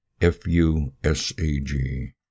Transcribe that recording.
FUSAG